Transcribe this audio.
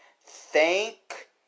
thank